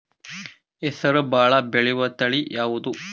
ಹೆಸರು ಭಾಳ ಬೆಳೆಯುವತಳಿ ಯಾವದು?